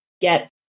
get